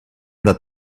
that